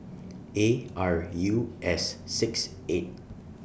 A R U S six eight